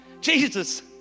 Jesus